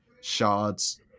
shards